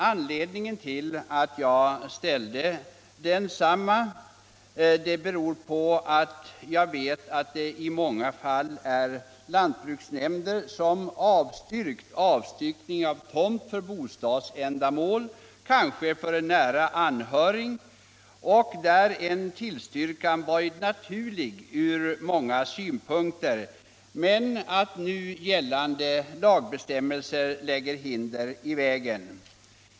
Anledningen till att jag framställde densamma är att jag vet att lantbruksnämnderna i många fall avstyrkt avstyckning av tomt för bostadsändamål — kanske för en nära anhörig till fastighetsägaren — där en tillstyrkan varit naturlig ur många synpunkter men där nu gällande lagbestämmelser lägger hinder i vägen.